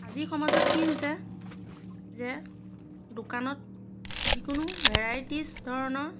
আজি সমাজত কি হৈছে যে দোকানত যিকোনো ভেৰাইটিজ ধৰণৰ